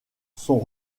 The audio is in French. sont